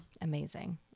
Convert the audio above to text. Amazing